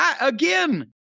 Again